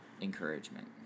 encouragement